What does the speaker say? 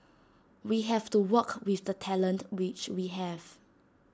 we have to work with the talent which we have